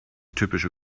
typische